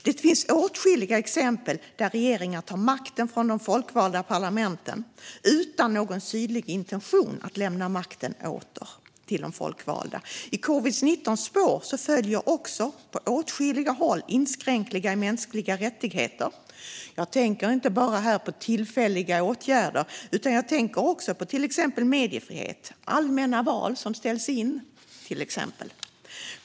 Det finns åtskilliga exempel på hur regeringar tar makten från de folkvalda parlamenten utan någon synlig intention att lämna den åter. I covid-19:s spår följer också på åtskilliga håll inskränkningar i mänskliga rättigheter. Jag tänker inte bara på tillfälliga åtgärder utan också på till exempel mediefrihet och allmänna val som ställs in.